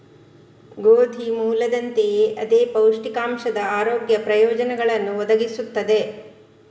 ಗೋಧಿ ಮೂಲದಂತೆಯೇ ಅದೇ ಪೌಷ್ಟಿಕಾಂಶದ ಆರೋಗ್ಯ ಪ್ರಯೋಜನಗಳನ್ನು ಒದಗಿಸುತ್ತದೆ